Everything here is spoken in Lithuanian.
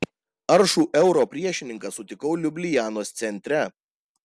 aršų euro priešininką sutikau liublianos centre